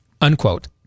unquote